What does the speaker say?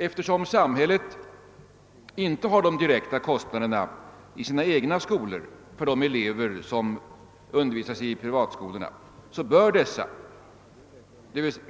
Eftersom samhället inte har de direktta kostnaderna i sina egna skolor för de elever som undervisas i privatsko lorna, bör dessa skolor — givetvis